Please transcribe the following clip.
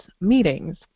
meetings